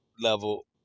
level